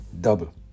double